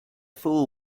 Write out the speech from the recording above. fool